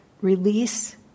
Release